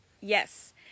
Yes